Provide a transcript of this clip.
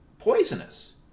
poisonous